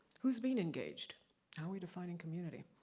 who's being engaged? how are we defining community?